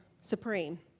supreme